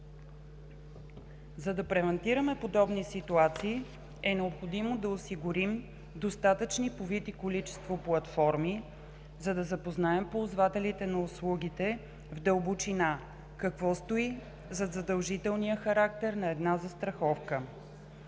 За да превентираме подобни ситуации, е необходимо да осигурим достатъчни по вид и количество платформи, за да запознаем ползвателите на услугите в дълбочина какво стои зад задължителния характер на една застраховка.